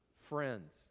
friends